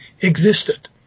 existed